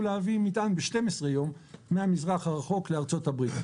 להביא מטען ב-12 יום מהמזרח הרחוק לארה"ב.